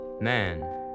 man